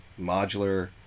Modular